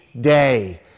day